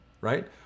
right